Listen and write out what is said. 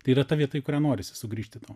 tai yra ta vieta į kurią norisi sugrįžti tau